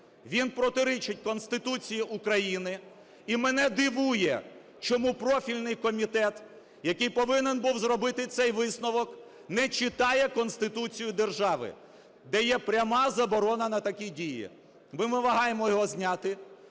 він протирічить Конституції України. І мене дивує, чому профільний комітет, який повинен був зробити цей висновок, не читає Конституцію держави, де є пряма заборона на такі дії. Ми вимагаємо його зняти.